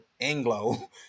Anglo